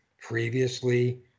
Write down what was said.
previously